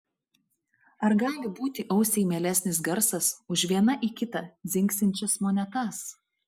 ar gali būti ausiai mielesnis garsas už viena į kitą dzingsinčias monetas